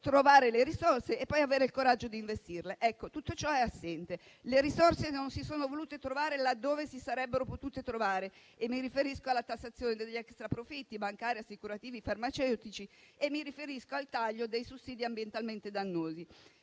trovare le risorse e poi avere il coraggio di investirle. Tutto ciò è assente. Le risorse non si sono volute trovare laddove si sarebbero potute trovare: mi riferisco alla tassazione degli extra profitti bancari, assicurativi e farmaceutici e mi riferisco al taglio dei sussidi ambientalmente dannosi.